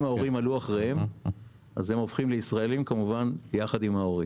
אם ההורים עלו אחריהם אז הם הופכים לישראליים יחד עם ההורים.